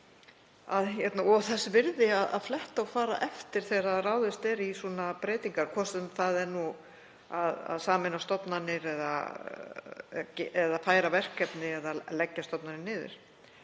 og þess virði að fletta og fara eftir þegar ráðist er í svona breytingar, hvort sem það er nú að sameina stofnanir eða færa verkefni eða leggja stofnanir niður,